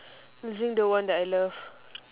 losing the one that I love